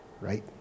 right